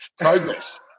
progress